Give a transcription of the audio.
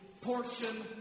portion